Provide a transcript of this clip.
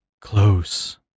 Close